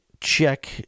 check